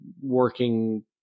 working